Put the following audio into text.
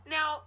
Now